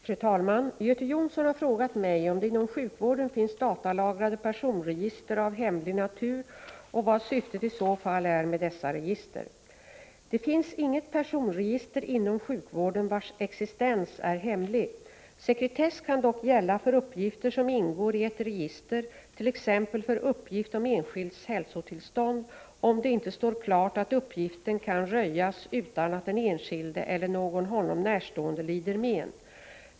Fru talman! Göte Jonsson har frågat mig om det inom sjukvården finns datalagrade personregister av hemlig natur och vad syftet i så fall är med dessa register. Det finns inget personregister inom sjukvården vars existens är hemlig. Sekretess kan dock gälla för uppgifter som ingår i ett register, t.ex. för uppgift om enskilds hälsotillstånd, om det inte står klart att uppgiften kan röjas utan att den enskilde eller någon honom närstående lider men.